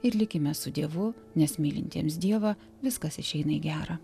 ir likime su dievu nes mylintiems dievą viskas išeina į gera